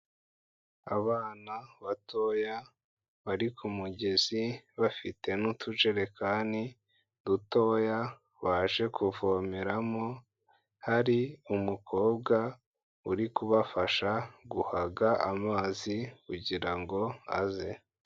Abana batoya bari ku kumugezi bafite n'utujerekani dutoya baje kuvomeramo, hari umukobwa uri kubafasha guhaga amazi kugira ngo aze.